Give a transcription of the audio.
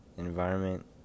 environment